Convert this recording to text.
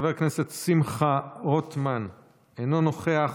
חבר הכנסת שמחה רוטמן, אינו נוכח,